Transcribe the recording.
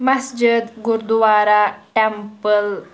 مَسجِد گُردُوارہ ٹٮ۪مپٕل